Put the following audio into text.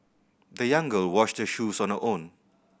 the young girl washed shoes on her own